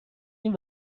این